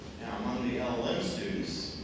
now, among the ah lm students,